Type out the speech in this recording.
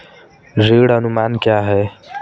ऋण अनुमान क्या है?